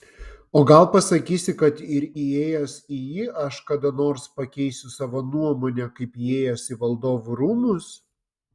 o gal pasakysi kad ir įėjęs į jį aš kada nors pakeisiu savo nuomonę kaip įėjęs į valdovų rūmus